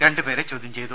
രണ്ട് പേരെ ചോദ്യം ചെയ്തു